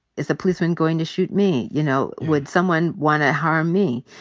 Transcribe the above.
is a policeman going to shoot me? you know, would someone want to harm me?